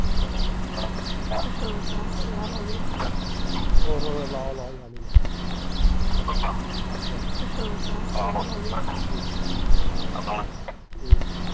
ꯍꯣꯏ ꯍꯣꯏ ꯍꯣꯏ ꯂꯥꯛꯑꯣ ꯂꯥꯛꯑꯣ ꯌꯥꯅꯤ ꯌꯥꯅꯤ ꯎꯝ ꯌꯥꯅꯤ ꯌꯥꯅꯤ ꯎꯝ ꯎꯝ